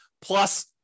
plus